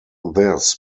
this